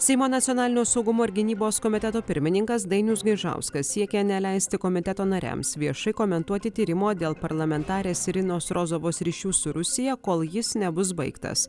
seimo nacionalinio saugumo ir gynybos komiteto pirmininkas dainius gaižauskas siekia neleisti komiteto nariams viešai komentuoti tyrimo dėl parlamentarės irinos rozovos ryšių su rusija kol jis nebus baigtas